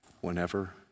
whenever